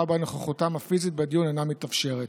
שבה נוכחותם הפיזית בדיון אינה מתאפשרת.